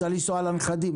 רוצים לנסוע לנכדים.